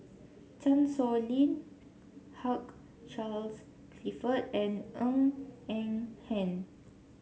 Chan Sow Lin Hugh Charles Clifford and Ng Eng Hen